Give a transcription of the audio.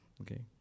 okay